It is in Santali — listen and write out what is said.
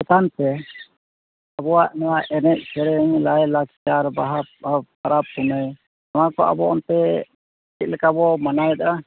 ᱞᱮᱠᱟᱱᱛᱮ ᱟᱵᱚᱣᱟᱜ ᱱᱚᱣᱟ ᱮᱱᱮᱡ ᱥᱮᱨᱮᱧ ᱞᱟᱭ ᱞᱟᱠᱪᱟᱨ ᱵᱟᱦᱟ ᱯᱚᱨᱚᱵᱽ ᱯᱩᱱᱟᱹᱭ ᱱᱚᱣᱟ ᱠᱚ ᱟᱵᱚ ᱚᱱᱛᱮ ᱪᱮᱫᱞᱮᱠᱟ ᱵᱚᱱ ᱢᱟᱱᱟᱣᱮᱫᱼᱟ